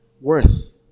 worth